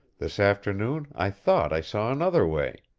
this afternoon i thought i saw another way.